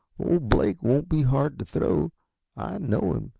old blake won't be hard to throw i know him,